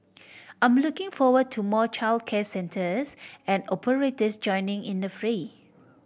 I'm looking forward to more childcare centres and operators joining in the fray